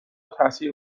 تاثیر